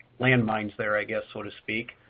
landmines there, i guess, so to speak,